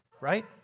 right